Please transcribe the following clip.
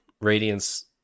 Radiance